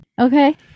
Okay